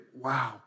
wow